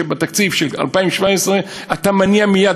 שבתקציב של 2017 אתה מניע מייד,